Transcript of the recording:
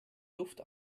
luft